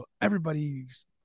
everybody's